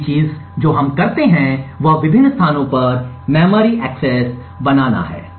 अगली चीज जो हम करते हैं वह विभिन्न स्थानों पर मेमोरी एक्सेस बनाना है